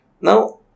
Now